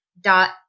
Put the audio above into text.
dot